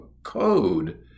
code